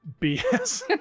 bs